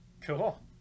Cool